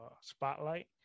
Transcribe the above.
spotlight